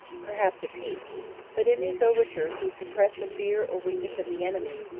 perhaps a peace but in these overtures he supposed the fear or weakness of the enemy,